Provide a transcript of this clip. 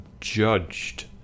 judged